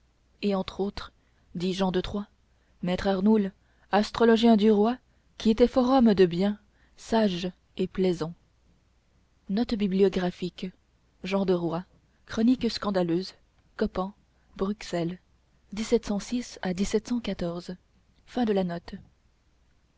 et entre autres dit jean de troyes maître arnoul astrologien du roi qui était fort homme de bien sage et plaisant le bruit se répandit dans